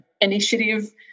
initiative